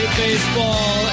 baseball